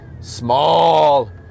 Small